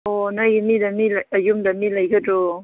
ꯑꯣ ꯅꯣꯏꯒꯤ ꯌꯨꯝꯗ ꯃꯤ ꯂꯩꯒꯗ꯭ꯔꯣ